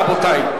רבותי.